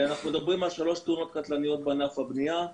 אנחנו מדברים על שלוש תאונות קטלניות בענף הבנייה,